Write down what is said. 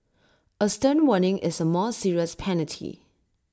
A stern warning is A more serious penalty